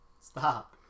stop